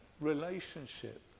relationship